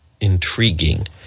intriguing